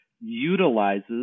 utilizes